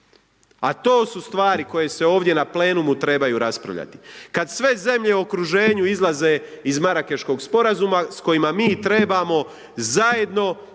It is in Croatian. A to su stvari koje se ovdje na Plenumu trebaju raspravljati. Kada sve zemlje u okruženju izlaze iz Marakeškog Sporazuma s kojima mi trebamo zajedno